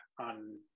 on